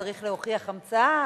שצריך להוכיח המצאה,